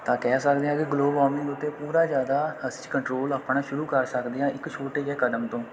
ਤਾਂ ਕਹਿ ਸਕਦੇ ਹਾਂ ਕਿ ਗਲੋਬਲ ਵਾਰਮਿੰਗ ਉੱਤੇ ਪੂਰਾ ਜ਼ਿਆਦਾ ਅਸੀਂ ਕੰਟਰੋਲ ਆਪਣਾ ਸ਼ੁਰੂ ਕਰ ਸਕਦੇ ਹਾਂ ਇੱਕ ਛੋਟੇ ਜਿਹੇ ਕਦਮ ਤੋਂ